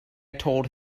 told